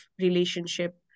relationship